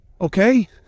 Okay